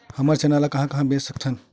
हमन चना ल कहां कहा बेच सकथन?